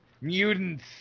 Mutants